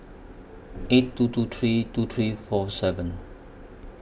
eight two two three two three four seven